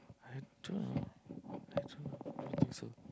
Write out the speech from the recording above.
I don't know I don't know I don't think so